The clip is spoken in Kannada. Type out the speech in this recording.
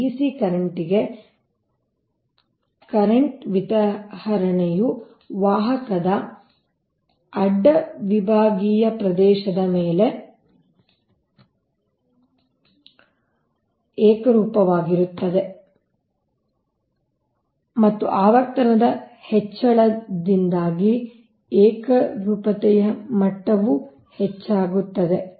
dc ಕರೆಂಟ್ಗೆ ಕರೆಂಟ್ ವಿತರಣೆಯು ವಾಹಕದ ಅಡ್ಡ ವಿಭಾಗೀಯ ಪ್ರದೇಶದ ಮೇಲೆ ಏಕರೂಪವಾಗಿರುತ್ತದೆ ಮತ್ತು ಆವರ್ತನದ ಹೆಚ್ಚಳದೊಂದಿಗೆ ಏಕರೂಪತೆಯ ಮಟ್ಟವು ಹೆಚ್ಚಾಗುತ್ತದೆ